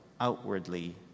outwardly